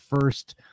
first